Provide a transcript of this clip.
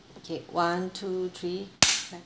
okay one two three clap